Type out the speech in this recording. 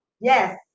Yes